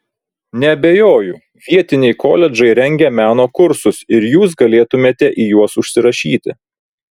neabejoju vietiniai koledžai rengia meno kursus ir jūs galėtumėte į juos užsirašyti